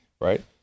Right